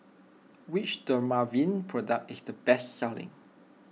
which Dermaveen product is the best selling